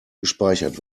gespeichert